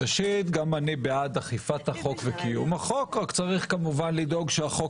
ראשית גם אני בעד קיום החוק ואכיפתו אך חשוב שהוא